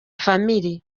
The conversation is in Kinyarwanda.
family